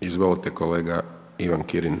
izvolite kolega Ivan Kirin.